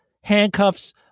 handcuffs